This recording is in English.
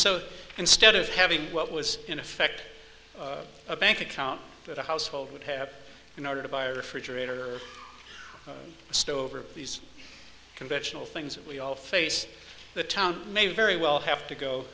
so instead of having what was in effect a bank account that a household would have in order to buy or for generator stove or these conventional things that we all face the town may very well have to go